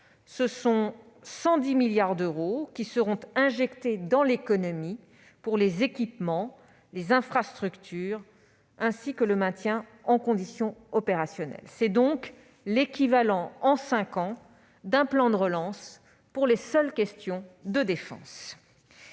110 milliards d'euros auront été injectés dans l'économie pour les équipements, les infrastructures et le maintien en condition opérationnelle. C'est donc l'équivalent en cinq ans d'un plan de relance pour les seules questions de défense.